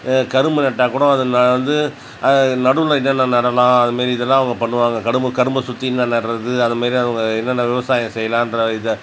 கரும்பு நட்டாக்கூட அது வந்து நடுவில் என்னென்ன நடலாம் அது மாதிரி இதுலாம் அவங்க பண்ணுவாங்க கரும்பு கரும்பை சுற்றி என்ன நடுறது அது மாதிரி அவங்க என்னென்ன விவசாயம் செய்லாம்ன்ற இதை